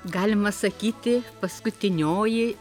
galima sakyti paskutinioji